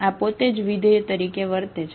આ પોતે જ વિધેય તરીકે વર્તે છે